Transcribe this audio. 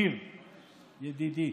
ניר ידידי,